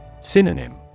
Synonym